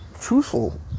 truthful